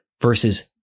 versus